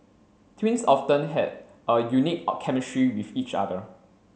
twins often have a unique chemistry with each other